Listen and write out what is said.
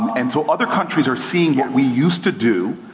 and so other countries are seeing what we used to do,